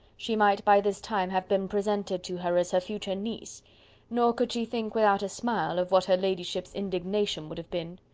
she might by this time have been presented to her as her future niece nor could she think, without a smile, of what her ladyship's indignation would have been.